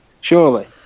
Surely